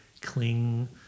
cling